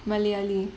malayali